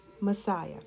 Messiah